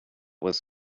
was